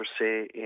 say